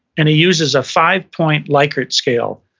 and he uses a five-point likert scale.